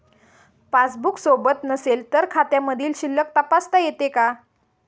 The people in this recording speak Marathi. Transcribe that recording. पासबूक सोबत नसेल तर खात्यामधील शिल्लक तपासता येते का?